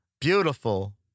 beautiful